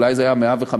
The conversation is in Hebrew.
אולי זה היה 105 ימים,